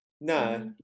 No